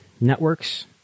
networks